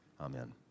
Amen